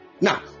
now